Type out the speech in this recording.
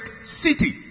city